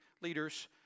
leaders